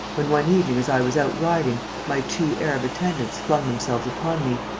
when, one evening as i was out riding, my two arab attendants flung themselves upon me,